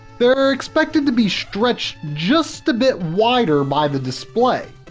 they're expected to be stretched just a bit wider by the display.